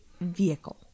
vehicle